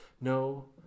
No